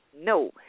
No